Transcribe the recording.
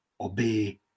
obey